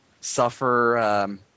suffer